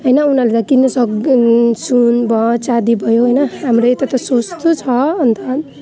होइन उनीहरूले त किन्नु सक् सुन भयो चाँदी भयो होइन हाम्रो यता त सस्तो छ अन्त